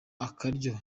akaryo